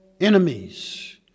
enemies